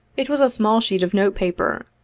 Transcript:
it was a small sheet of note paper.